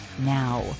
Now